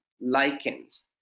lichens